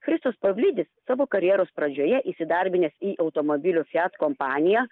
christus pavlidis savo karjeros pradžioje įsidarbinęs į automobilių fiat kompaniją